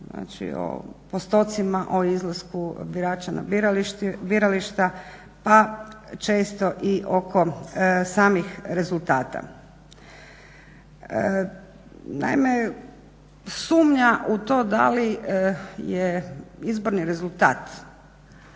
znači o postocima, o izlasku birača na birališta, a često i oko samih rezultata. Naime, sumnja u to da li je izborni rezultat